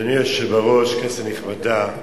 אדוני היושב-ראש, כנסת נכבדה,